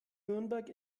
nürnberg